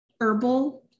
herbal